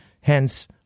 hence